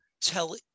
tell